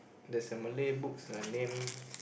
there's a Malay books the name